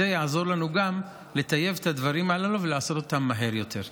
זה יעזור לנו גם לטייב את הדברים הללו ולעשות אותם מהר יותר.